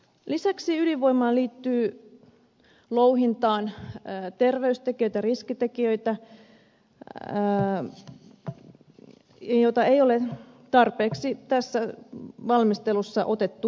lisäksi ydinvoiman louhintaan liittyy terveystekijöitä ja riskitekijöitä joita ei ole tarpeeksi tässä valmistelussa otettu huomioon